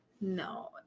No